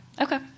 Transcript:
okay